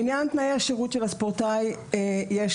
בעניין תנאי השירות של הספורטאי יש